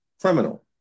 criminal